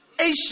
Asia